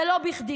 זה לא בכדי.